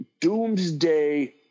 doomsday